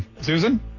Susan